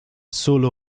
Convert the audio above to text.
solo